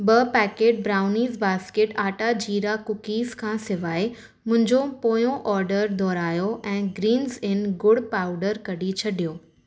ॿ packet brownies basket आटा जीरा कुकीस खां सवाइ मुंहिंजो पोयों ऑडर दुहिरायो ऐं ग्रीन्ज़ इन ॻुड़ पाउडर कढी छॾियो